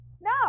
No